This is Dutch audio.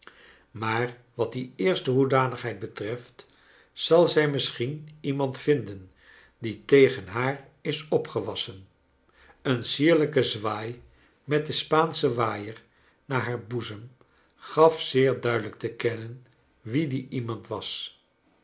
maar wat die eerste hoedanigheid betreft zal zij misschien iemand vinden die tegen haar is opgewassen een sierlijke zwaai met den spaanschen waaier naar haar boezem gaf zeer duidelijk te kennen wie die iemand was